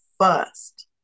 first